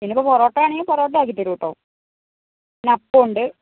പിന്നെയിപ്പോൾ പൊറോട്ട വേണമെങ്കിൽ പൊറോട്ട ആക്കി തരും കേട്ടോ പിന്നെ അപ്പം ഉണ്ട്